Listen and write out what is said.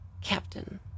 Captain